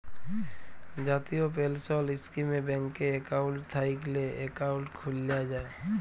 জাতীয় পেলসল ইস্কিমে ব্যাংকে একাউল্ট থ্যাইকলে একাউল্ট খ্যুলা যায়